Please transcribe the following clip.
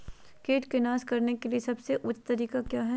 किट को नास करने के लिए सबसे ऊंचे तरीका काया है?